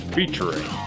Featuring